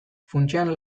funtsean